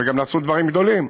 וגם נעשו דברים גדולים.